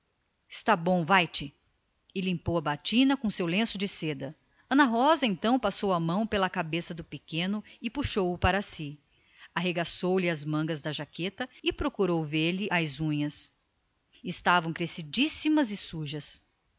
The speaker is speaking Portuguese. bom bom vai-te vai-te repeliu o e limpou a batina com o lenço ana rosa então correu os dedos pela cabeça do menino e puxou o para si arregaçou lhe as mangas da jaqueta e revistou lhe as unhas estavam crescidas e sujas